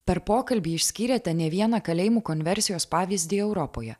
per pokalbį išskyrėte ne vieną kalėjimų konversijos pavyzdį europoje